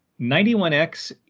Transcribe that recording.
91X